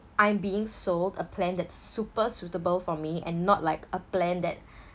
I'm being sold a plan that super suitable for me and not like a plan that